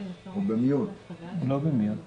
מנכ"ל עמותת מט"ב,